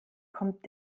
kommt